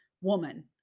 woman